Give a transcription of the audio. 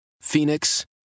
Phoenix